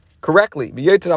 correctly